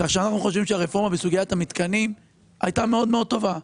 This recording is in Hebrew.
כאשר אנחנו חושבים שהרפורמה בסוגיית המתקנים הייתה מאוד מאוד טובה.